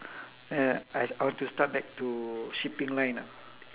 and I I want to start back to shipping line ah